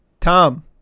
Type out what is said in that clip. Tom